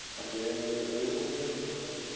are there any other miracles i can perform?